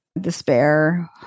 despair